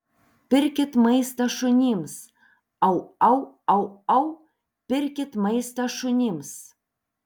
pirkit maistą šunims au au au au pirkit maistą šunims